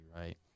right